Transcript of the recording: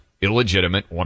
illegitimate